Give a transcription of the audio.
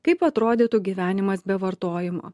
kaip atrodytų gyvenimas be vartojimo